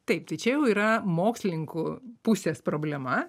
taip tai čia jau yra mokslininkų pusės problema